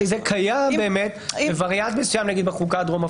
זה קיים בווריאנט מסוים בחוקה הדרום אפריקאית.